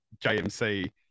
JMC